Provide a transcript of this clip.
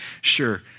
sure